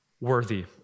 worthy